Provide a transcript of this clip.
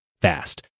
fast